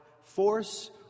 force